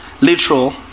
literal